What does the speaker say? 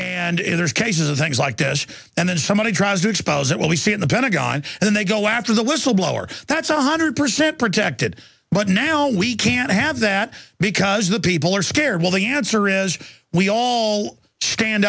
if there's cases of things like this and then somebody tries to expose it when we see it the pentagon and they go after the whistleblower that's one hundred percent protected but now we can't have that because the people are scared well the answer is we all stand